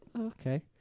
Okay